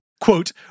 quote